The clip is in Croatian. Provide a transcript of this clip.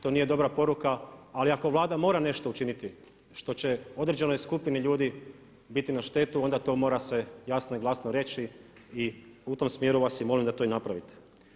To nije dobra poruka ali ako Vlada mora nešto učiniti što će određenoj skupini ljudi biti na štetu onda to mora se jasno i glasno reći i u tom smjeru vas i molim da to i napravite.